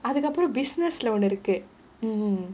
அதுக்கு அப்புறம்:athukku appuram business leh ஒன்னு இருக்கு:onnu irukku mm